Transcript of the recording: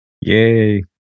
Yay